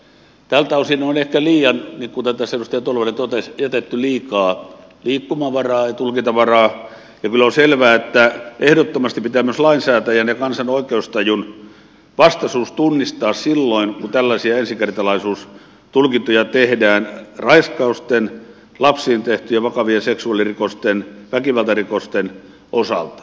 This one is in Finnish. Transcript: tältä osin on ehkä kuten tässä edustaja tolvanen totesi jätetty liikaa liikkumavaraa ja tulkintavaraa ja kyllä on selvää että ehdottomasti pitää myös lainsäätäjän ja kansan oikeustajunvastaisuus tunnistaa silloin kun tällaisia ensikertalaisuustulkintoja tehdään raiskausten lapsiin kohdistuvien vakavien seksuaalirikosten väkivaltarikosten osalta